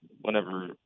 whenever